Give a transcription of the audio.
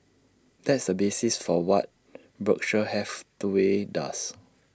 that's the basis for what Berkshire Hathaway does